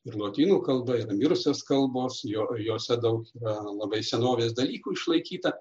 ir lotynų kalba yra mirusios kalbos jo jose daug yra labai senovės dalykų išlaikyta